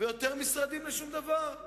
ויותר משרדים לשום דבר.